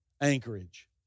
Anchorage